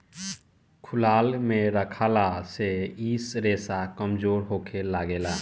खुलला मे रखला से इ रेसा कमजोर होखे लागेला